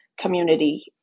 Community